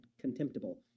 contemptible